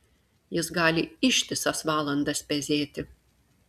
jis gali ištisas valandas pezėti